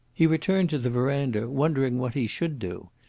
he returned to the verandah wondering what he should do.